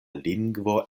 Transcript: lingvo